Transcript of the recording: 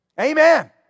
Amen